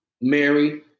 Mary